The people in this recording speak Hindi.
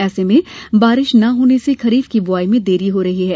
ऐसे में बारिश न होने से खरीफ की बुआई में देरी हो रही हैं